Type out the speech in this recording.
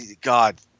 God